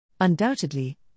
Undoubtedly